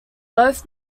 both